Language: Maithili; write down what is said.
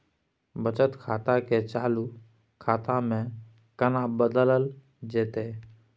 बचत खाता के चालू खाता में केना बदलल जेतै?